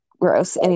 Gross